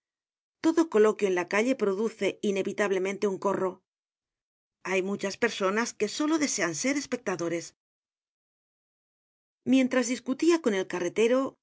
todo coloquio en la calle produce inevitablemente un corro hay muchas personas que solo desean ser espectadores mientras discutia con el carretero